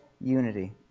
unity